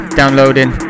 downloading